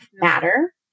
matter